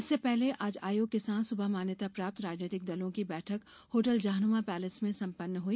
इससे पहले आज आयोग के साथ सुबह मान्यता प्राप्त राजनैतिक दलों की बैठक होटल जहांनुमा पैलेस में संपन्न हुई